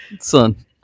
son